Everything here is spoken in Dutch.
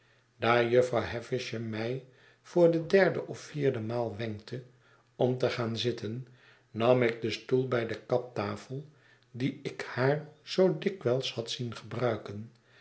daar jufvrouw havisham mij voor de derde of vierde maal wenkte om te gaan zitten nam ik den stoel bij de kaptafel dien ik haar zoo dikwijls had zien gebruiken